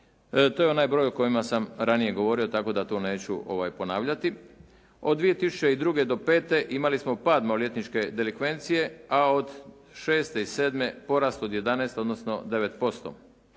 To je onaj broj o kojima sam ranije govorio tako da to neću ponavljati. Od 2002. do pete imali smo pad maloljetničke delikvencije, a od šeste i sedme porast od 11 odnosno 9%.